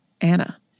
anna